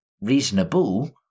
reasonable